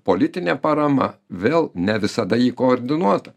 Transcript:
politinė parama vėl ne visada ji koordinuota